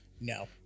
No